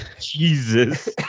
Jesus